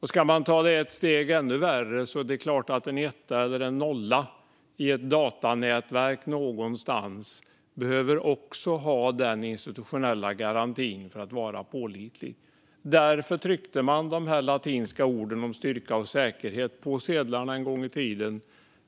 För att ta det ännu ett steg längre är det klart att en etta eller en nolla i ett datanätverk någonstans också behöver ha den institutionella garantin för att vara pålitlig. Därför tryckte man de här latinska orden om styrka och säkerhet på sedlarna en gång i tiden